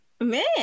Man